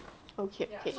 okay